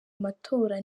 amatora